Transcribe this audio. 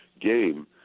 game